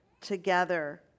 together